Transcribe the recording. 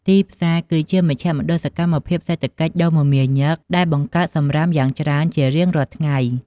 ទីផ្សារគឺជាមជ្ឈមណ្ឌលសកម្មភាពសេដ្ឋកិច្ចដ៏មមាញឹក ដែលបង្កើតសំរាមយ៉ាងច្រើនជារៀងរាល់ថ្ងៃ។